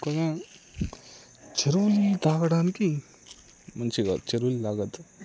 కొంచెం చెరువుల నీళ్ళు త్రాగడానికి మంచివి కావు చెరువు నీళ్ళు తాగవద్దు